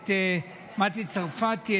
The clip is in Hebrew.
את מטי צרפתי,